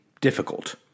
difficult